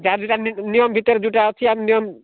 ଯାହାର ଯେଉଁଟା ନିୟମ ଭିତରେ ଯେଉଁଟା ଅଛି ଆମେ ନିୟମ